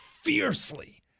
fiercely